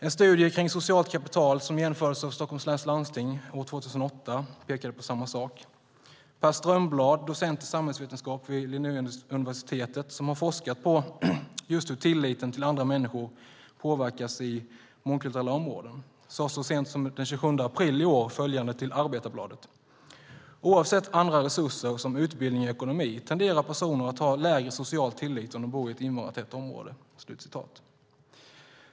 En studie kring socialt kapital som genomfördes av Stockholms läns landsting 2008 pekade på samma sak. Per Strömblad, docent i samhällsvetenskap vid Linnéuniversitet som har forskat på just hur tilliten till andra människor påverkas i mångkulturella områden sade så sent som den 27 april i år följande till Arbetarbladet: "Oavsett andra resurser som utbildning och ekonomi tenderar personer att ha en lägre social tillit om de bor i ett invandrartätt område."